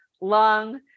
long